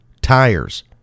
tires